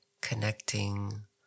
connecting